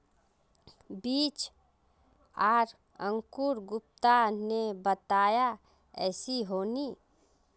बीज आर अंकूर गुप्ता ने बताया ऐसी होनी?